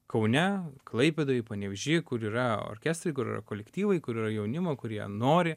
kaune klaipėdoj panevėžy kur yra orkestrai kolektyvai kur yra jaunimo kur jie nori